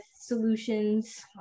solutions